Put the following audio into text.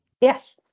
Yes